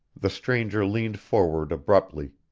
the stranger leaned forward abruptly,